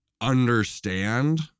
understand